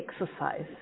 exercise